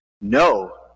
No